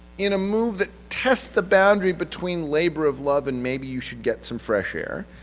in a move that test the boundary between labor of love, and maybe you should get some fresh air,